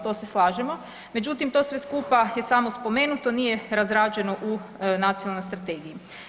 To se slažemo, međutim, to sve skupa je samo spomenuto, nije razrađeno u Nacionalnoj strategiji.